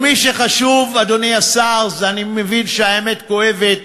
ומי שחושב, אדוני השר, אני מבין שהאמת כואבת.